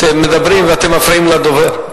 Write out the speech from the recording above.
אתם מדברים ואתם מפריעים לדובר.